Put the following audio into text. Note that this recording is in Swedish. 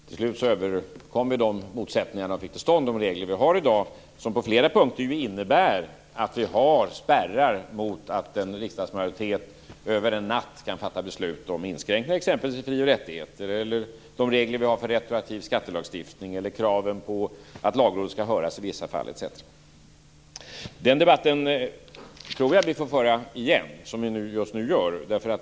Till sist överkom man dessa motsättningar och vi fick till stånd de regler som vi har i dag och som på flera punkter innebär att det finns spärrar mot att en riksdagsmajoritet över en natt kan fatta beslut om inskränkningar i t.ex. fri och rättigheter, i reglerna mot retroaktiv skattelagstiftning eller i kraven på att Lagrådet skall höras i vissa fall. Den debatt som vi just nu för tror jag att vi får föra igen.